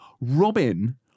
Robin